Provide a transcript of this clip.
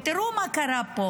ותראו מה קרה פה,